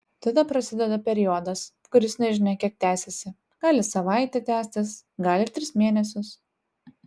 tada prasideda periodas kuris nežinia kiek tęsiasi gali savaitę tęstis gali tris mėnesius